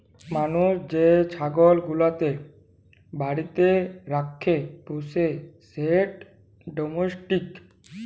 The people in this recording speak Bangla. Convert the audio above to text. মালুস যে ছাগল গুলাকে বাড়িতে রাখ্যে পুষে সেট ডোমেস্টিক